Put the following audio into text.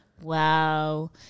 Wow